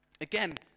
Again